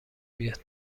بیاد